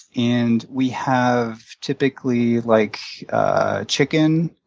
and we have typically like ah chicken,